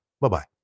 bye-bye